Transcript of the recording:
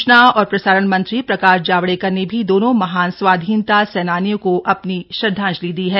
सूचना और प्रसारण मंत्री प्रकाश जावड़ेकर ने भी दोनों महान स्वाधीनता सेनानियों को अपनी श्रद्धांज लि दी है